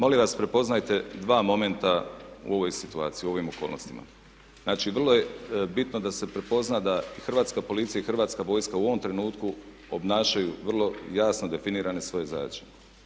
Molim vas, prepoznajte dva momenta u ovoj situaciju, u ovim okolnostima. Znači vrlo je bitno da se prepozna da i Hrvatska policija i Hrvatska vojska u ovom trenutku obnašaju vrlo jasno definirane svoje zadaće.